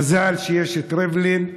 מזל שיש את ריבלין.